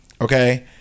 Okay